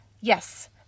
Yes